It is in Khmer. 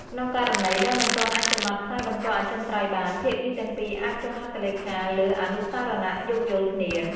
ក្នុងករណីដែលមិនទាន់អាចកំណត់ខ្សែបន្ទាត់អចិន្ត្រៃយ៍បាន ភាគីទាំងពីរអាចចុះហត្ថលេខាលើអនុស្សរណៈយោគយល់គ្នា ។